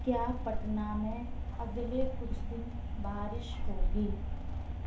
کیا پٹنہ میں اگلے کچھ دن بارش ہوگی